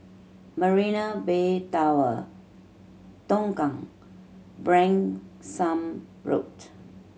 Marina Bay Tower Tongkang Branksome Road